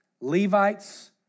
Levites